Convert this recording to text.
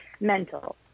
mental